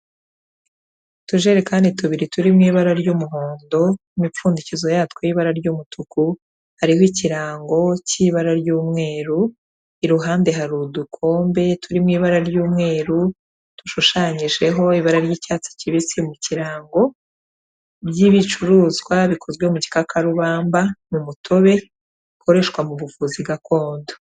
Utujerekani tubiri turi mu ibara ry'umuhondo, imipfundikizo yatwo y'ibara ry'umutuku, hariho ikirango cy'ibara ry'umweru, iruhande hari udukombe turi mu ibara ry'umweru, dushushanyijeho ibara ry'icyatsi kibisi mu kirango, by'ibicuruzwa bikozwe mu gikakarubamba, ni umutobe ukoreshwa mu buvuzi gakondo.